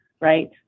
Right